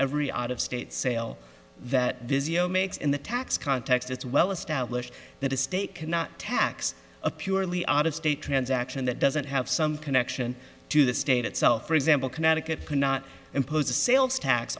every out of state sale that makes in the tax context it's well established that a state cannot tax a purely out of state transaction that doesn't have some connection to the state itself for example connecticut cannot impose a sales tax